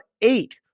eight